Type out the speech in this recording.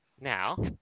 Now